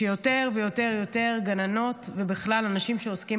שיותר ויותר יותר גננות ובכלל אנשים שעוסקים